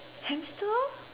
hamster